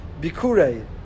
Bikurei